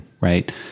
right